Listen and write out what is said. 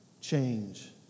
change